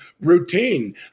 routine